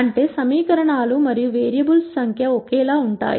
అంటే సమీకరణాలు మరియు వేరియబుల్స్ సంఖ్య ఒకేలా ఉంటాయి